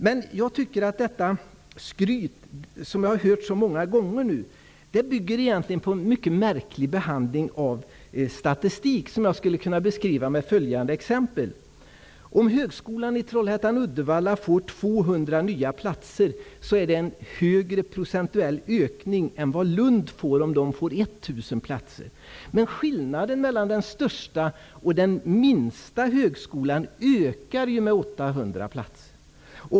Men detta skryt, som jag hört så många gånger, bygger på en mycket märklig behandling av statistik. Det skulle jag kunna beskriva med följande exempel: Om högskolan i Trollhättan/Uddevalla får 200 nya platser ger det en högre procentuell ökning än om Lund får 1 000 platser. Men skillnaden i platser mellan den största och minsta högskolan ökar ju med 800 platser!